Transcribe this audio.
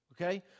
Okay